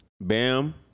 Bam